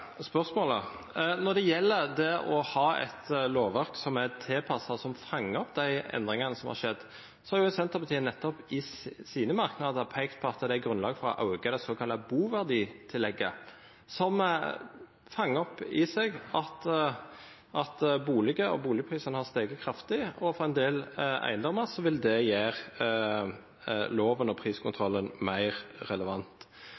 Når det gjelder det å ha et lovverk som er tilpasset, som fanger opp de endringene som har skjedd, har Senterpartiet nettopp i sine merknader pekt på at det er grunnlag for å øke det såkalte boverditillegget, som fanger opp at boligprisene har steget kraftig, og for en del eiendommer vil det gjøre loven og priskontrollen mer relevant.